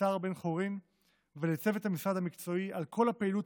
אבישר בן-חורין ולצוות המשרד המקצועי על כל הפעילות